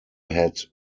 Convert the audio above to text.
had